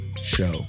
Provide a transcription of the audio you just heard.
Show